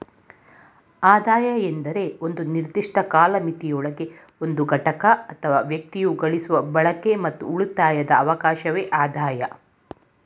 ಆದಾಯ ಎಂದ್ರೆ ಒಂದು ನಿರ್ದಿಷ್ಟ ಕಾಲಮಿತಿಯೊಳಗೆ ಒಂದು ಘಟಕ ಅಥವಾ ವ್ಯಕ್ತಿಯು ಗಳಿಸುವ ಬಳಕೆ ಮತ್ತು ಉಳಿತಾಯದ ಅವಕಾಶವೆ ಆದಾಯ